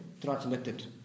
transmitted